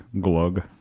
glug